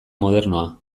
modernoa